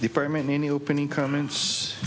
department any opening comments